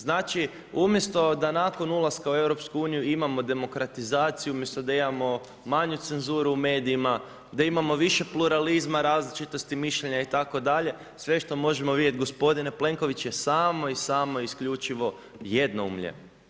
Znači, umjesto da nakon ulaska u EU imamo demokratizaciju, umjesto da imamo manju cenzuru u medijima, da imamo više pluralizma, različitosti mišljenja itd. sve što možemo vidjeti gospodine Plenković je samo i samo isključivo jednoumlje.